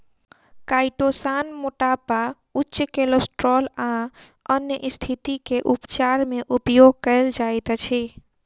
chitosan मोटापा उच्च cholesterol आ अन्य स्तिथि के उपचार मे उपयोग कायल जाइत अछि